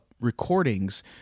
recordings